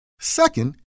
Second